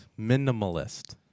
Minimalist